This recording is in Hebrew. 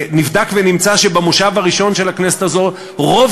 נבדק ונמצא שבמושב הראשון של הכנסת הזאת רוב